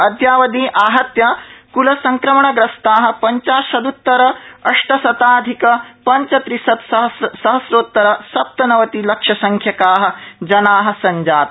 अद्यावधि आहत्य कुलसंक्रमणग्रस्ता पंचाशद्रतर अष्टशताधिक पंचत्रिंशत्सहस्रोतर सप्तनवति लक्षसंख्याका जना संजाता